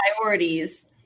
priorities